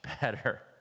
better